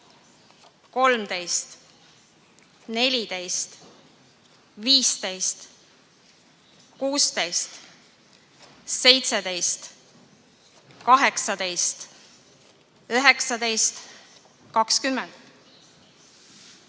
13, 14, 15, 16, 17, 18, 19, 20,